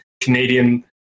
Canadian